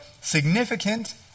significant